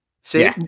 See